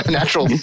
natural